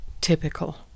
Typical